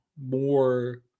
more